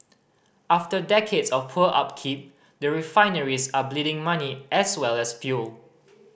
after decades of poor upkeep the refineries are bleeding money as well as fuel